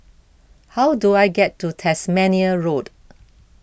how do I get to Tasmania Road